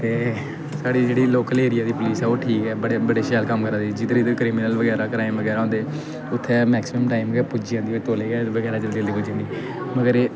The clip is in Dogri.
ते साढ़ी जेह्ड़ी लोकल एरिया दी पुलीस ऐ ओह् ठीक ऐ बड़े बड़े शैल कम्म करा दी जिद्धर जिद्धर क्रिमिनल बगैरा क्राइम बगैरा होंदे उत्थै मैकसीमम टाइम गै पुज्जी जंदी ओह् तौले गै बगैरा जल्दी जल्दी पुज्जी जंदी मगर